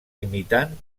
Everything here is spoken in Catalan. imitant